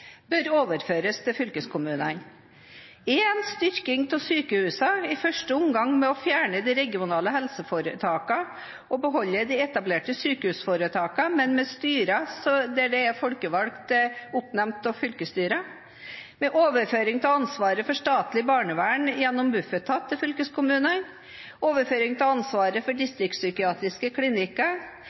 bør overføres til fylkeskommunene. Styring av sykehusene. I første omgang ved å fjerne de regionale helseforetakene og beholde de etablerte sykehusforetakene, men med styrer hvor et flertall er oppnevnt av fylkestinget. Overføring av ansvaret for det statlige barnevernet gjennom Bufetat til fylkeskommunene. Overføring av ansvaret for distriktspsykiatriske